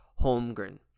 Holmgren